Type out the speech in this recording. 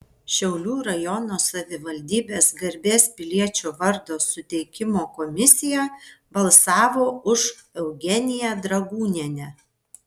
šiaulių rajono savivaldybės garbės piliečio vardo suteikimo komisija balsavo už eugeniją dragūnienę